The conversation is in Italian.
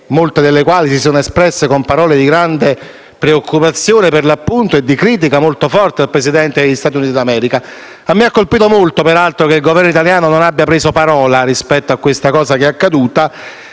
molte delle quali si sono espresse con parole di grande preoccupazione e di critica molto forte verso il Presidente degli Stati Uniti d'America. Mi ha colpito molto che il Governo italiano non abbia preso parola rispetto a quanto accaduto